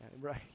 right